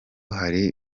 hari